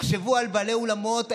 תחשבו על בעלי אולמות האירועים,